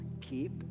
keep